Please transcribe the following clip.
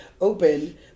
open